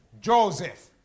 Joseph